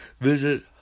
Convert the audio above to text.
visit